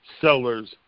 Sellers